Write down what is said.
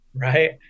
right